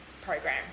program